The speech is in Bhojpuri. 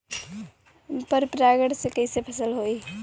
पर परागण से कईसे फसल होई?